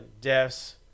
deaths